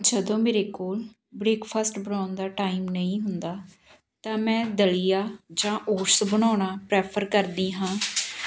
ਜਦੋਂ ਮੇਰੇ ਕੋਲ ਬ੍ਰੇਕਫਾਸਟ ਬਣਾਉਣ ਦਾ ਟਾਈਮ ਨਹੀਂ ਹੁੰਦਾ ਤਾਂ ਮੈਂ ਦਲੀਆ ਜਾਂ ਓਟਸ ਬਣਾਉਣਾ ਪ੍ਰੈਫਰ ਕਰਦੀ ਹਾਂ